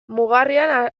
mugarrian